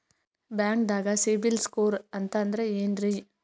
ಬ್ಯಾಂಕ್ದಾಗ CIBIL score ಅಂತ ಅಂದ್ರೆ ಏನ್ರೀ?